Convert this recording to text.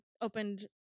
opened